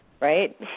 Right